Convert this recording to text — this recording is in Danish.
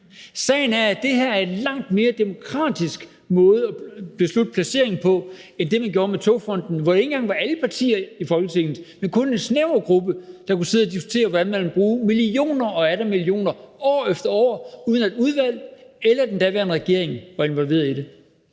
Sagen er, at det her er en langt mere demokratisk måde at beslutte placeringen på end det, man gjorde med Togfonden DK, hvor det ikke engang var alle partier i Folketinget, men kun en snæver gruppe, der kunne sidde og diskutere, hvordan man kunne bruge millioner og atter millioner år efter år, uden at et udvalg eller den daværende regering var involveret i det.